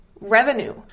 revenue